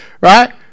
Right